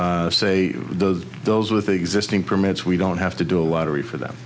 to say to those with existing permits we don't have to do a lottery for th